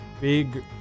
big